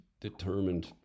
determined